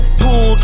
pool